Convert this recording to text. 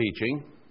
teaching